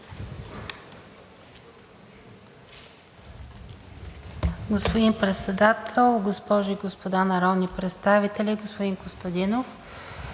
Господин Председател, госпожи и господа народни представители! Господин Костадинов,